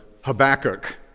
Habakkuk